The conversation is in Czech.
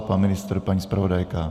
Pan ministr, paní zpravodajka.